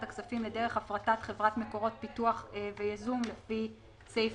הכספים לדרך הפרטת חברת מקורות פיתוח וייזום לפי סעיף